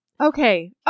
Okay